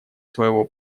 своего